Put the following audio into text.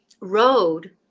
road